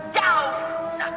down